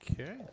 Okay